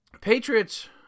Patriots